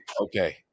Okay